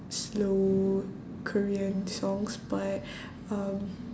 slow korean songs but um